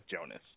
Jonas